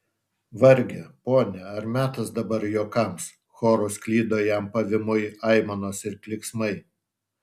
varge pone ar metas dabar juokams choru sklido jam pavymui aimanos ir klyksmai